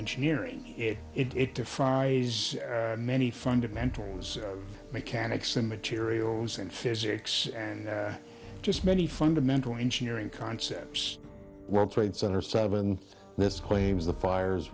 engineering it defies many fundamentals mechanics and materials and physics and just many fundamental engineering concepts world trade center seven this claims the fires